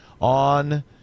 on